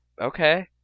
Okay